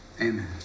Amen